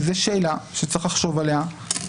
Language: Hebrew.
זו שאלה שצריך לחשוב עליה.